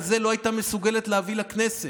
שאתה, אתם הפלתם את זה עם המשותפת.